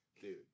Dude